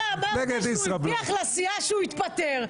אמרת שהוא הבטיח לסיעה שהוא יתפטר.